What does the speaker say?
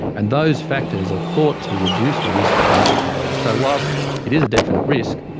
and those factors are thought to reduce the risk significantly. so whilst it is a definite risk,